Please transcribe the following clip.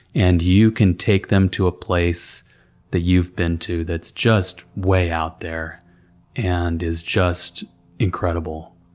and you can take them to a place that you've been to that's just way out there and is just incredible,